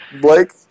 Blake